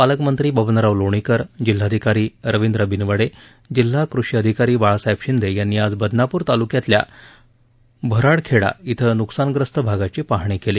पालकमंत्री बबनराव लोणीकर जिल्हाधिकारी रविंद्र बिनवडे जिल्हा कृषी अधिकारी बाळासाहेब शिंदे यांनी आज बदनापूर तालुक्यातल्या भराडखेडा खे नुकसानग्रस्त भागाची पहाणी केली